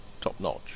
top-notch